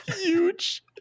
Huge